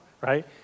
right